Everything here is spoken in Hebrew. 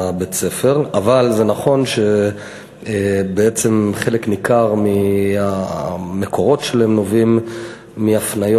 אבל נכון שבעצם חלק ניכר מהמקורות שלהם נובעים מהפניות